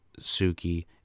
Suki